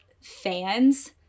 fans